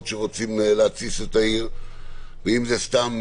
שרוצים להתסיס את העיר ואם זה סתם